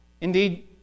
Indeed